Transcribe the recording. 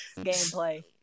gameplay